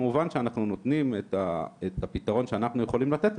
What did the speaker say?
כמובן שאנחנו נותנים את הפתרון שאנחנו יכולים לתת,